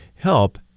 help